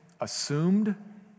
assumed